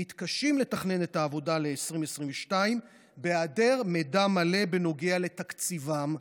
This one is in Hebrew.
מתקשים לתכנן את העבודה ל-2022 בהיעדר מידע מלא בנוגע לתקציבם.